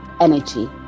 energy